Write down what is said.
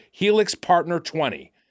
HELIXPARTNER20